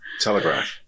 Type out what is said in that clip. Telegraph